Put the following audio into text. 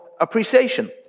appreciation